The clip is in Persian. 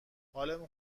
حالمون